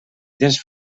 tens